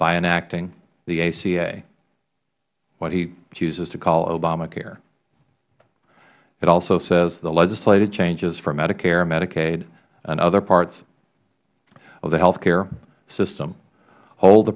by enacting the aca what he chooses to call obama care it also says the legislative changes for medicare and medicaid and other parts of the health care system hold the